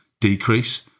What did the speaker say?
decrease